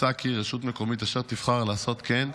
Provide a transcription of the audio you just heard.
מוצע כי רשות מקומית אשר תבחר לעשות כן,